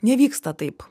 nevyksta taip